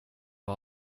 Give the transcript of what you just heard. har